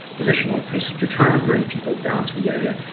position and to try to bring people down to the area.